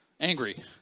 angry